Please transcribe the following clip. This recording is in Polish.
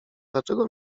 dlaczego